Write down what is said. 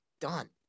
done